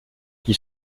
qui